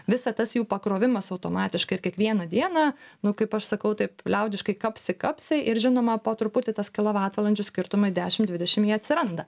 visa tas jų pakrovimas automatiškai ir kiekvieną dieną nu kaip aš sakau taip liaudiškai kapsi kapsi ir žinoma po truputį tas kilovatvalandžių skirtumai dešim dvidešim jie atsiranda